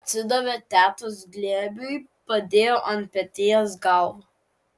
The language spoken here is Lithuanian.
atsidavė tetos glėbiui padėjo ant peties galvą